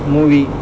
movie